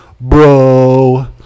bro